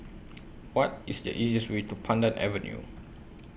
What IS The easiest Way to Pandan Avenue